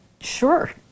Sure